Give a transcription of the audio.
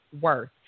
worth